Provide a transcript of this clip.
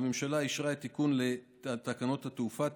הממשלה אישרה את תיקון 19 לתקנות התעופה.